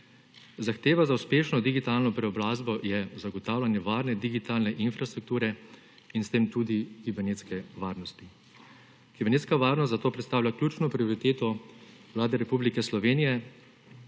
Zahteva za uspešno digitalno preobrazbo je zagotavljanje varne digitalne infrastrukture in s tem tudi kibernetske varnosti. Kibernetska varnost zato predstavlja ključno prioriteto Vlade Republike Slovenije